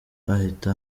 ahita